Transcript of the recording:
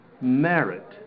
merit